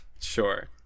Sure